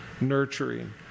nurturing